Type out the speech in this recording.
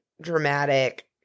dramatic